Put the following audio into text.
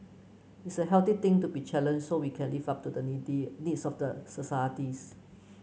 it's a healthy thing to be challenged so we can live up to the needs of the societies